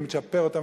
ומצ'פר אותם,